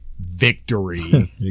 victory